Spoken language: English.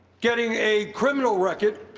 getting a criminal record,